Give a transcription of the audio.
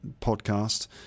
podcast